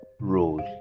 roles